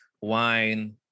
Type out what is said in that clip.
wine